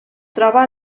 troba